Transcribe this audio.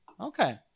Okay